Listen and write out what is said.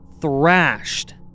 thrashed